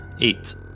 eight